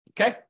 Okay